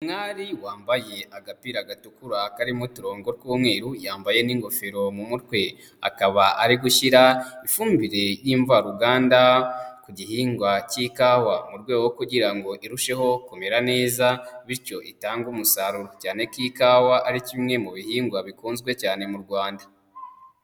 Umwari wambaye agapira gatukura karimo uturongo tw'umweru yambaye n'ingofero mu mutwe, akaba ari gushyira ifumbire y'imvaruganda ku gihingwa cy'ikawa mu rwego rwo kugira ngo irusheho kumera neza bityo itange umusaruro, cyane ko ikawa ari kimwe mu bihingwa bikunzwe cyane mu Rwanda.